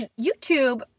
YouTube